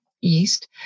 yeast